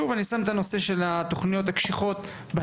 שוב, אני שם את הנושא של התוכניות הקשיחות בצד.